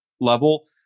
level